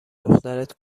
دخترت